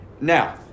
Now